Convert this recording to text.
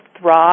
thrive